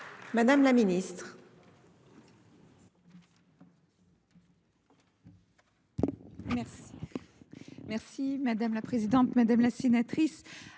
Mme la ministre.